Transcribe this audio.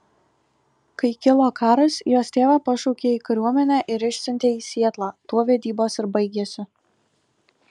kai kilo karas jos tėvą pašaukė į kariuomenę ir išsiuntė į sietlą tuo vedybos ir baigėsi